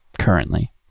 currently